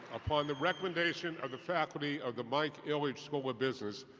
upon the recommendation of the faculty of the mike ilitch school of business,